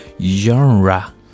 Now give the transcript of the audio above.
Genre